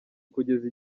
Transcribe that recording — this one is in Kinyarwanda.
kugeza